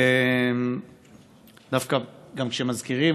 דווקא כשמזכירים,